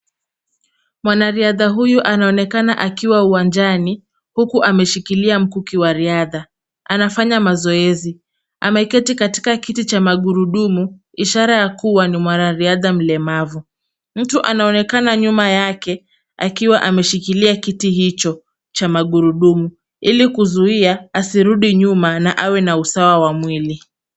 Mwanariadha huyu anaonekana akiwa uwanjani huku ameshikilia mkuki wa riadha. Anafanya mazoezi. Ameketi katika kiti cha magurudumu, ishara ya kuwa ni mwanariadha mlemavu. Mtu anaonekana nyuma yake akiwa ameshikilia kiti hicho cha magurudumu ili kuzuia asirudi nyuma na awe na usawa wa mwili.